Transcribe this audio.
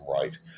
right